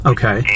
Okay